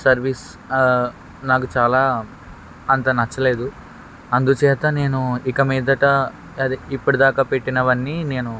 service నాకు చాలా అంత నచ్చలేదు అందుచేత నేను ఇక మీదట అది ఇప్పటిదాకా పెట్టినవన్నీ నేను